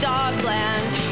Dogland